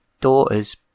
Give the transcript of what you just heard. daughter's